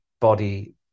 body